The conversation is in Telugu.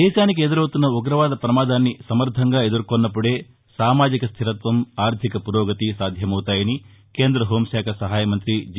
దేశానికి ఎదురవుతున్న ఉగ్రవాద పమాదాన్ని సమర్దంగా ఎదుర్కొన్నప్పుడే సామాజిక స్దిరత్వం ఆర్దిక పురోగతి సాధ్యమవుతాయని కేంద్ర హాంశాఖ సహాయమంతి జి